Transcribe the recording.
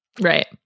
Right